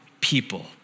people